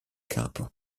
capo